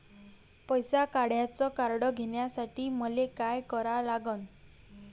पैसा काढ्याचं कार्ड घेण्यासाठी मले काय करा लागन?